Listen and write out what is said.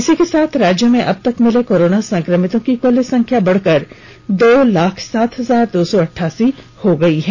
इसी के साथ राज्य में अब तक मिले कोरोना संक्रमितों की कुल संख्या बढ़कर दो लाख सात हजार दो सौ अटठासी पहुंच गई है